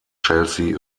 chelsea